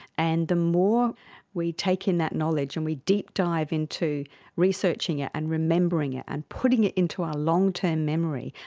and the more we take in that knowledge and we deep-dive into researching it and remembering it and putting it into our long-term memory,